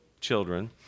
children